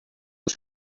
uns